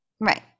right